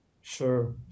Sure